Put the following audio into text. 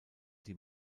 die